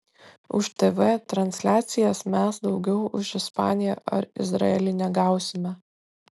už tv transliacijas mes daugiau už ispaniją ar izraelį negausime